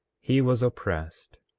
he was oppressed,